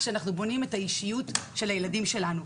כשאנחנו בונים את האישיות של הילדים שלנו.